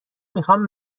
میخوام